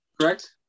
correct